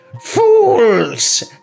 Fools